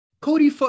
Cody